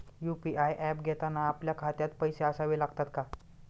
UPI app घेताना आपल्या खात्यात पैसे असावे लागतात का?